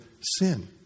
sin